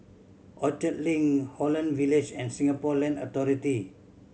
Orchard Link Holland Village and Singapore Land Authority